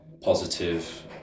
positive